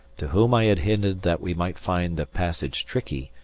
to whom i had hinted that we might find the passage tricky,